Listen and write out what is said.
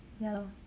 ya lor